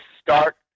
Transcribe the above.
start